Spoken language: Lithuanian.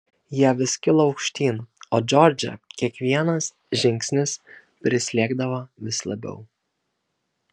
jie vis kilo aukštyn o džordžą kiekvienas žingsnis prislėgdavo vis labiau